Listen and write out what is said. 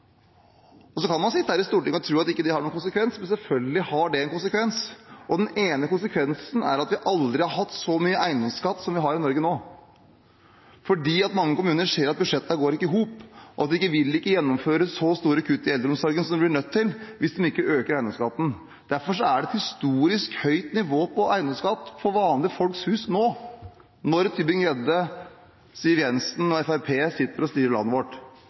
Og så kan man sitte her i Stortinget og tro at det ikke har noen konsekvens. Men selvfølgelig har det en konsekvens. Den ene konsekvensen er at vi aldri har hatt så mye eiendomsskatt som vi har i Norge nå. Mange kommuner ser at budsjettene ikke går i hop, og de vil ikke gjennomføre så store kutt i eldreomsorgen som de blir nødt til hvis de ikke øker eiendomsskatten. Derfor er det et historisk høyt nivå på eiendomsskatt på vanlige folks hus nå. Når Tybring-Gjedde, Siv Jensen og Fremskrittspartiet sitter og styrer landet vårt,